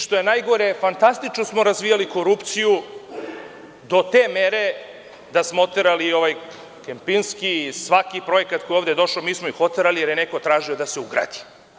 Što je najgore, fantastično smo razvijali korupciju, do te mere da smo oterali i „Kempinski“ i svaki projekat koji je ovde došao, zato što je neko tražio da se ugradi.